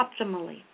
optimally